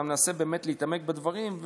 אתה מנסה באמת להתעמק בדברים,